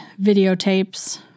videotapes